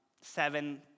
seven